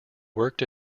worked